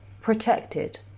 protected